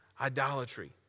idolatry